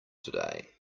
today